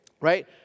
right